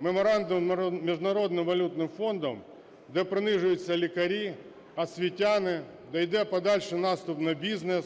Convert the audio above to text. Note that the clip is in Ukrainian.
меморандум міжнародного валютного фонду, де принижуються лікарі, освітяни, де йде подальший наступ на бізнес,